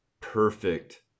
perfect